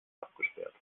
abgesperrt